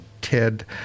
Ted